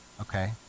okay